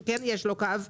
שכן יש לו קו,